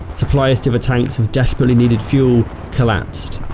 supplies to the tanks of desperately needed fuel collapsed.